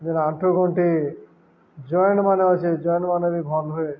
ଯେନ୍ ଆଣ୍ଠୁ ଗୁଣ୍ଠି ଜଏଣ୍ଟମାନେ ଅଛେ ଜଏଣ୍ଟମାନେ ବି ଭଲ୍ ହୁଏ